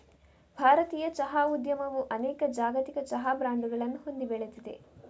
ಭಾರತೀಯ ಚಹಾ ಉದ್ಯಮವು ಅನೇಕ ಜಾಗತಿಕ ಚಹಾ ಬ್ರಾಂಡುಗಳನ್ನು ಹೊಂದಿ ಬೆಳೆದಿದೆ